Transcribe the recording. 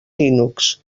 linux